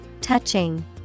Touching